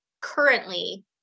currently